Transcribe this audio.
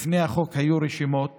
לפני החוק היו רשימות